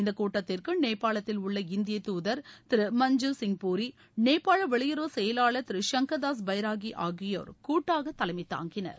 இந்த கூட்டத்திற்கு நேபாளத்தில் உள்ள இந்திய தூதர் திரு மஞ்ஜிவ் சிங் பூரி நேபாள வெளியுறவு செயலாளர் திரு சங்கர் தாஸ் பைராகி ஆகியோர் கூட்டாக தலைமை தாங்கினர்